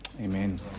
Amen